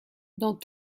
dans